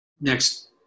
next